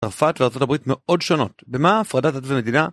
צרפת וארה״ב מאוד שונות, במה הפרדת דת ומדינה?